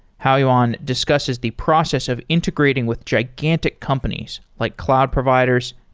haoyuan discusses the process of integrating with gigantic companies, like cloud providers,